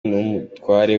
n’umutware